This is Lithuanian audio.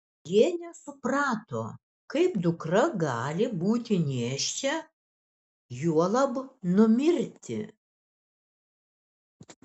jie nesuprato kaip dukra gali būti nėščia juolab numirti